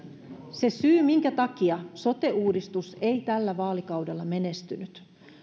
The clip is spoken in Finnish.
se syy minkä takia sote uudistus ei tällä vaalikaudella menestynyt